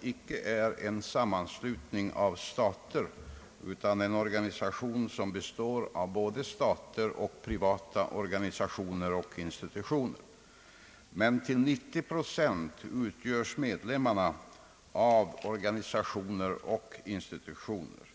icke är en sammanslutning av stater, utan en organisation som består av både stater, privata organisationer och institutioner. Till 90 procent utgörs medlemmarna av organisationer och institutioner.